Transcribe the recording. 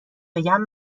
بگم